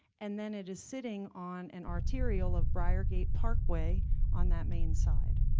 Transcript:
and then it is sitting on an arterial of briar gate parkway on that main side.